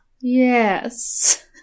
Yes